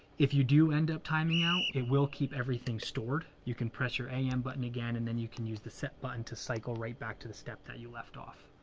if you do end up timing out, it will keep everything stored. you can press your a m button again and then you can use the set button to cycle right back to the step that you left off.